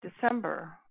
December